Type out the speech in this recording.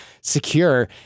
secure